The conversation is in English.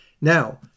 Now